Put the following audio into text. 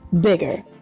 bigger